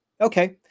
Okay